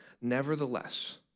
Nevertheless